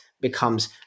becomes